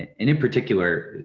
and in particular,